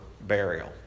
burial